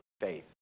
faith